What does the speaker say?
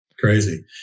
Crazy